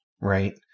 right